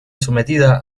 sometida